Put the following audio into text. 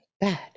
Bad